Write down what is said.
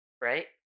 Right